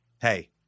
Hey